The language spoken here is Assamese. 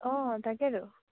অঁ তাকে আৰু